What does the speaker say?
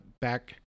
back